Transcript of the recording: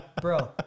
bro